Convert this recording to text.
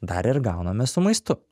dar ir gauname su maistu